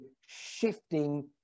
shifting